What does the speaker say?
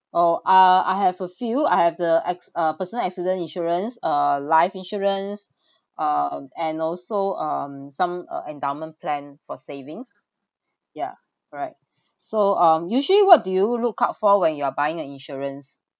oh ah I have a few I have the ac~ uh personal accident insurance uh life insurance uh um and also um some uh endowment plan for savings ya alright so um usually what do you look out for when you are buying an insurance